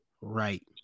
right